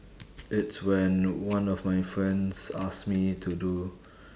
it's when one of my friends ask me to do